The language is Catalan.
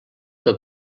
que